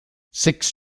six